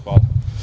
Hvala.